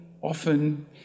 often